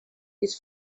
his